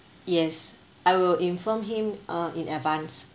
yes I will inform him uh in advance